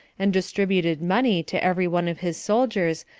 and distributed money to every one of his soldiers,